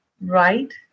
right